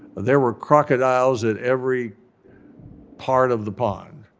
there were crocodiles at every part of the pond,